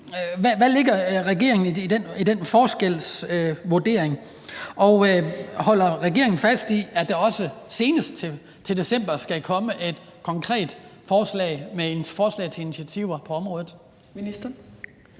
Hvad lægger regeringen i den forskelsvurdering? Og holder regeringen fast i, at der også senest til december skal komme et konkret forslag til initiativer på området? Kl.